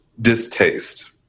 distaste